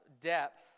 depth